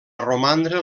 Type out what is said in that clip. romandre